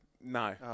No